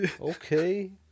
Okay